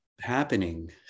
happening